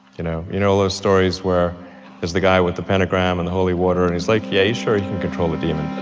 you know? you know all those stories where there's the guy with the pentagram and the holy water, and he's like, yeah, he's sure he can control the demon